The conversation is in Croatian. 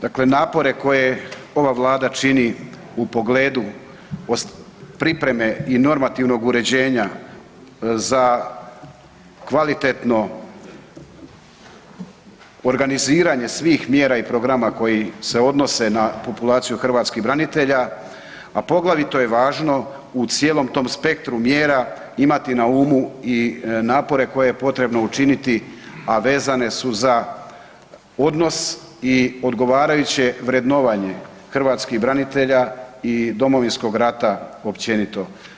Dakle, napore koje ova Vlada čini u pogledu pripreme i normativnog uređenja za kvalitetno organiziranje svih mjera i programa koji se odnose na populaciju hrvatskih branitelja, a poglavito je važno u cijelom tom spektru mjera imati na umu i napore koje je potrebno učiniti a vezane su za odnos i odgovarajuće vrednovanje hrvatskih branitelja i Domovinskog rata općenito.